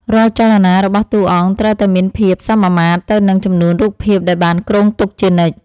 រាល់ចលនារបស់តួអង្គត្រូវតែមានភាពសមាមាត្រទៅនឹងចំនួនរូបភាពដែលបានគ្រោងទុកជានិច្ច។